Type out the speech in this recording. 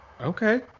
okay